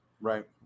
Right